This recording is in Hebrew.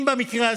אם במקרה הזה,